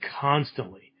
constantly